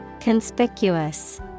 Conspicuous